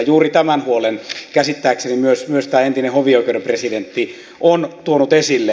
juuri tämän huolen käsittääkseni myös tämä entinen hovioikeuden presidentti on tuonut esille